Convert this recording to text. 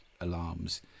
alarms